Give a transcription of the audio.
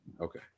Okay